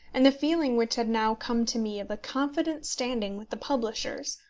and the feeling which had now come to me of a confident standing with the publishers,